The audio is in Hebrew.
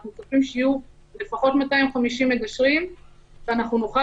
אנחנו צופים שיהיו לפחות 250 מגשרים ואנחנו נוכל